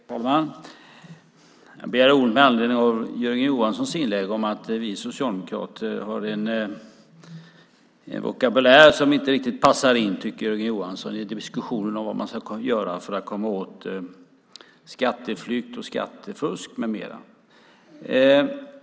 Herr talman! Jag begärde ordet med anledning av Jörgen Johanssons inlägg om att vi socialdemokrater har en vokabulär som inte riktigt passar in - det tycker Jörgen Johansson - i diskussionen om vad man ska göra för att komma åt skatteflykt, skattefusk med mera.